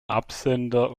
absender